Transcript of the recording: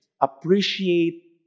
Appreciate